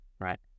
right